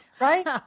Right